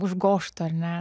užgožtų ar ne